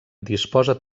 disposa